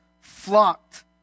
flocked